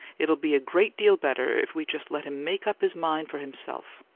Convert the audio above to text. it'll be a great deal better if we just let him make up his mind for himself.